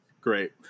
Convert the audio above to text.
great